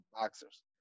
boxers